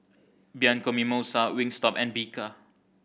Bianco Mimosa Wingstop and Bika